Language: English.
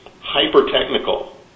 hyper-technical